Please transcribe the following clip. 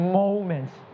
moments